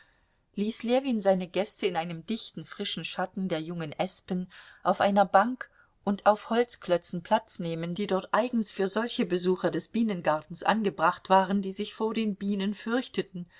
ließ ljewin seine gäste in dem dichten frischen schatten der jungen espen auf einer bank und auf holzklötzen platz nehmen die dort eigens für solche besucher des bienengartens an gebracht waren die sich vor den bienen fürchteten